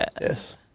Yes